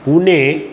Pune